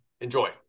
enjoy